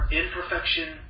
imperfection